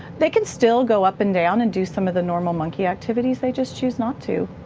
they can still go up and down and do some of the normal monkey activities, they just choose not to.